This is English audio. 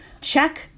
check